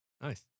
nice